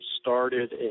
started